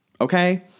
okay